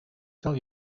tell